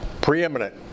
preeminent